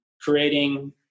creating